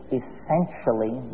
essentially